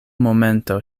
momento